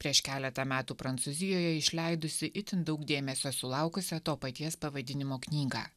prieš keletą metų prancūzijoje išleidusi itin daug dėmesio sulaukusią to paties pavadinimo knygą